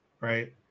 right